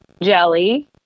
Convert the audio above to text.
jelly